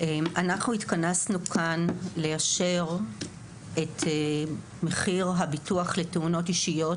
התכנסנו כאן כדי לאשר את מחיר הביטוח לתאונות אישיות,